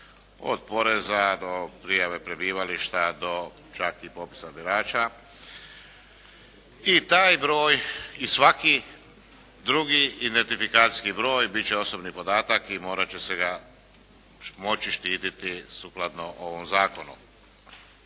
od poreza do prijave prebivališta do čak i popisa birača. I taj broj i svaki drugi identifikacijski broj bit će osobni podatak i morat će se ga moći štititi sukladno ovom zakonu.